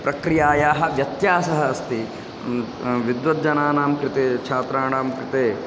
प्रक्रियायाः व्यत्यासः अस्ति विद्वज्जनानां कृते छात्राणां कृते